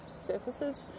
surfaces